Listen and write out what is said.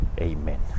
Amen